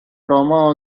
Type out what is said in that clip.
trauma